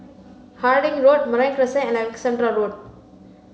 Harding Road Marine Crescent and Alexandra Road